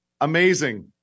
amazing